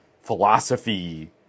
philosophy